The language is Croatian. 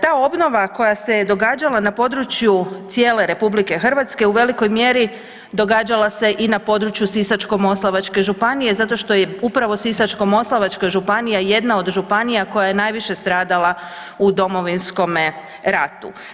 Ta obnova koja se događala na području cijele Republike Hrvatske u velikoj mjeri događala se i na području Sisačko-moslavačke županije zato što je upravo Sisačko-moslavačka županija jedna od županija koja je najviše stradala u Domovinskome ratu.